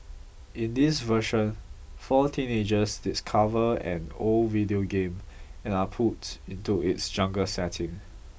in this version four teenagers discover an old video game and are pulled into its jungle setting